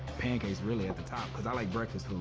pancakes really at the top cause i like breakfast food,